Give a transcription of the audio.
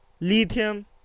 lithium